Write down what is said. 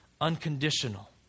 unconditional